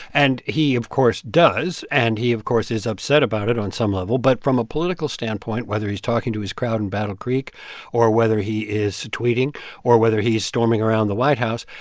and he, of course, does. and he, of course, is upset about it on some level. but from a political standpoint, whether he's talking to his crowd in battle creek or whether he is tweeting or whether he is storming around the white house,